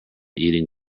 eating